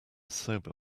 sober